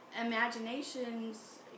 imaginations